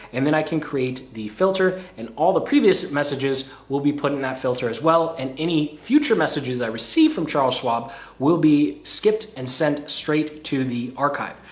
and then i can create the filter and all the previous messages will be put in that filter as well. and any future messages that i received from charles schwab will be skipped and sent straight to the archive.